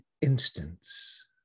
instance